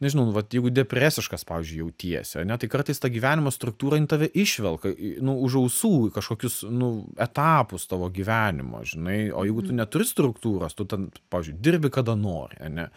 nežinau vat jeigu depresiškas pavyzdžiui jautiesi ane tai kartais tą gyvenimo struktūra jin tave išvelka nu už ausų į kažkokius nu etapus tavo gyvenimo žinai o jeigu tu neturi struktūros tu ten pavyzdžiui dirbi kada nori ane